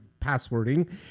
passwording